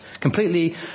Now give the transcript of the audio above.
completely